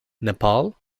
nepal